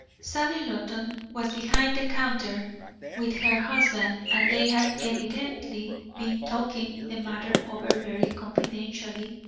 sally loton was behind the counter with her husband, and they had evidently been talking the matter over very confidentially.